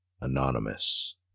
Anonymous